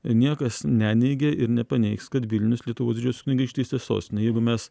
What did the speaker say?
niekas neneigė ir nepaneigs kad vilnius lietuvos didžiosios kunigaikštystės sostinė jeigu mes